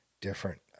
different